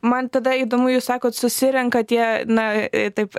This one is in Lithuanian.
man tada įdomu jūs sakot susirenka tie na taip